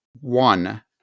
one